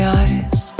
eyes